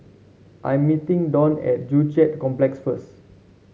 I'm meeting Don at Joo Chiat Complex first